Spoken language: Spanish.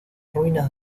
ruinas